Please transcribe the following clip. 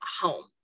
home